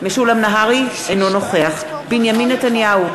אינו נוכח בנימין נתניהו,